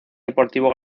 deportivo